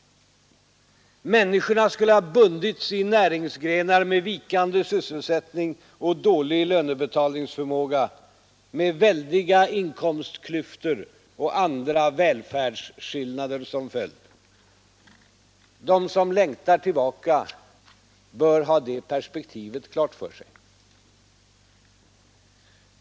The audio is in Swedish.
Människorna skulle ha bundits i näringsgrenar med vikande sysselsättning och dålig lönebetalningsförmåga med väldiga inkomstklyftor och andra välfärdsskillnader som följd. De som längtar tillbaka bör ha det perspektivet klart för sig.